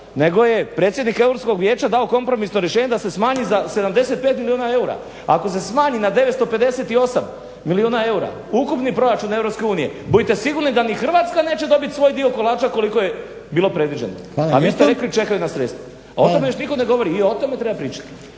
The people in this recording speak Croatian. nego je predsjednik Europskog vijeća dao kompromisno rješenje da se smanji za 75 milijuna eura. Ako se smanji na 958 milijuna eura ukupni proračun EU budite sigurni da ni Hrvatska neće dobiti svoj dio kolača koliko je bilo predviđeno, a vi ste rekli čekaju nas sredstva. A o tome još nitko ne govori i o tome treba pričati.